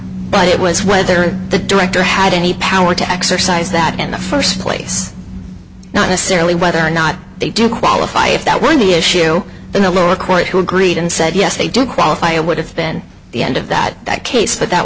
but it was whether the director had any power to exercise that in the first place not necessarily whether or not they do qualify if that were the issue in a lower court who agreed and said yes they do qualify what if then the end of that that case that that